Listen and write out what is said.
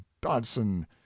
dodson